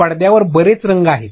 पडद्यावरच बरेच रंग आहेत